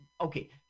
okay